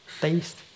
taste